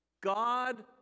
God